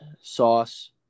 Sauce